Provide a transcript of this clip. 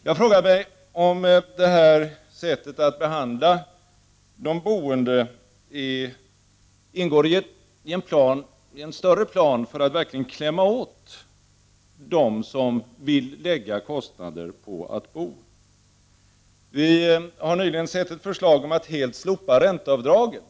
Jag frågar mig om det här sättet att behandla småhusägarna ingår i en större plan för att verkligen klämma åt dem som vill lägga pengar på sitt boende. Vi har nyligen sett ett förslag om att slopa ränteavdraget.